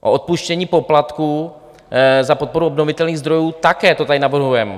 O odpuštění poplatků za podporu obnovitelných zdrojů, také to tady navrhujeme.